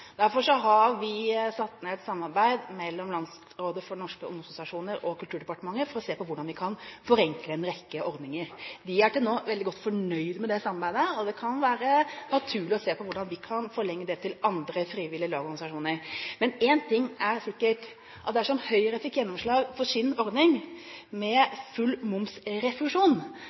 Derfor har vi satt i gang et samarbeid mellom Landsrådet for Norges barne- og ungdomsorganisasjoner og Kulturdepartementet for å se på hvordan vi kan forenkle en rekke ordninger. Vi er til nå veldig godt fornøyd med det samarbeidet, og det kan være naturlig å se på hvordan vi kan forlenge det til andre frivillige lag og organisasjoner. Men én ting er sikkert, at dersom Høyre fikk gjennomslag for sin ordning med full momsrefusjon,